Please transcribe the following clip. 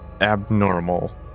abnormal